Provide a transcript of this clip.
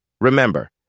Remember